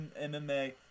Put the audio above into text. MMA